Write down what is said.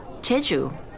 Jeju